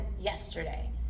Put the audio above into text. yesterday